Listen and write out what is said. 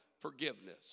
forgiveness